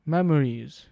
Memories